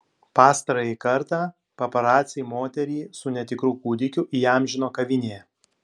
pastarąjį kartą paparaciai moterį su netikru kūdikiu įamžino kavinėje